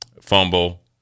fumble